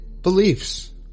beliefs